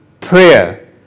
prayer